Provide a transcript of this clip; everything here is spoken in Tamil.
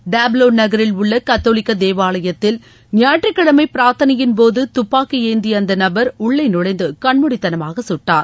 டப்வோ நகரில் உள்ள கத்தோலிக்க தேவாலயத்தில் ஞாயிற்றுக்கிழமை பிரார்த்தனையின்போது துப்பாக்கி ஏந்திய அந்த நபர் உள்ளே நுழைந்து கண்மூடித்தனமாக கட்டார்